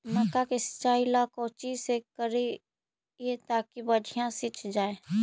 मक्का के सिंचाई ला कोची से करिए ताकी बढ़िया से सींच जाय?